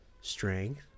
strength